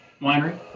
winery